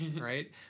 right